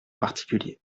particulier